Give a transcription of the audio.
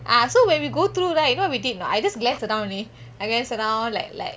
ah so when we go through right you know what we did not I just glance around only I glance around like